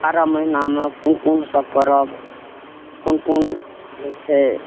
बारह महिनामे कोन कोनसब परब कोन कोन होइ छै